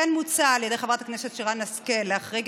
כמו כן מוצע על ידי חברת הכנסת שרן השכל להחריג